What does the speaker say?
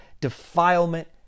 defilement